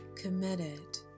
Committed